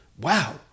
wow